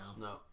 no